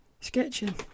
Sketching